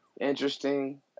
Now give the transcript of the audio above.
interesting